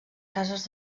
cases